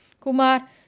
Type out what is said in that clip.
Kumar